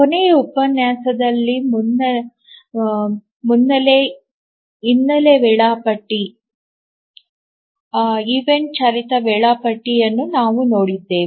ಕೊನೆಯ ಉಪನ್ಯಾಸದಲ್ಲಿ ಮುನ್ನೆಲೆ ಹಿನ್ನೆಲೆ ವೇಳಾಪಟ್ಟಿ ಈವೆಂಟ್ ಚಾಲಿತ ವೇಳಾಪಟ್ಟಿಯನ್ನು ನಾವು ನೋಡಿದ್ದೇವೆ